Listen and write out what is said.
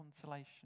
consolation